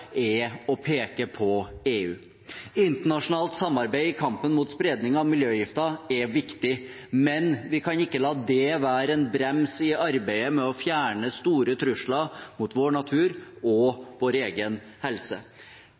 er å peke på EU. Internasjonalt samarbeid i kampen mot spredning av miljøgifter er viktig, men vi kan ikke la det være en brems i arbeidet med å fjerne store trusler mot vår natur og vår egen helse.